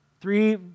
Three